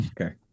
Okay